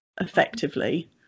effectively